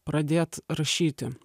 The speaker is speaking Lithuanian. pradėt rašyti